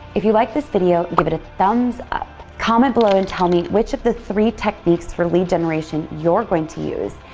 if you liked this video, give it a thumbs up. comment below, and tell me which of the three techniques for lead generation you're going to use.